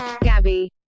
Gabby